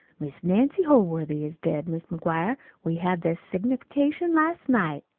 mis' nancy holworthy is dead, mis' mcguire. we had the signification last night.